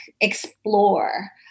explore